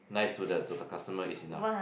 nice to the to the customer is enough